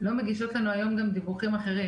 לא מגישות לנו היום גם דיווחים אחרים.